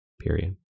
period